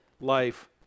life